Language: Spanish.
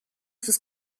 sus